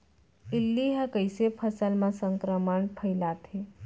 इल्ली ह कइसे फसल म संक्रमण फइलाथे?